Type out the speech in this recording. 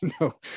no